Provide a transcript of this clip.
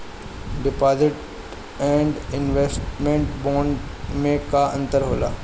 Deposit and investment bond मे का अंतर होला?